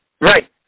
Right